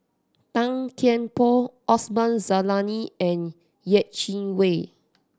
Tan Kian Por Osman Zailani and Yeh Chi Wei